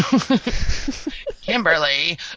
Kimberly